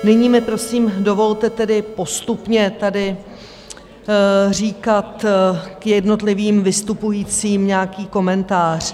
Nyní mi, prosím, dovolte postupně tady říkat k jednotlivým vystupujícím nějaký komentář.